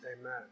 Amen